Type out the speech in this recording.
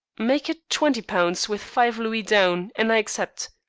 make it twenty pounds, with five louis down, and i accept.